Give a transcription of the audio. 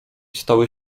stały